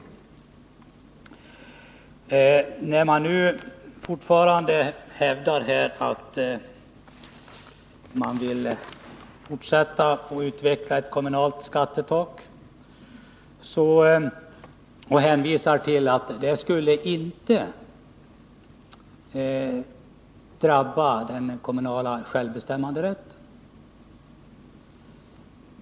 Moderaterna hävdar fortfarande att de vill fortsätta att utveckla ett kommunalt skattetak och hänvisar till att det inte skulle drabba den kommunala självbestämmanderätten.